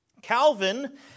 Calvin